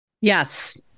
Yes